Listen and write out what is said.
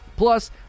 Plus